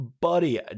buddy